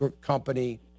company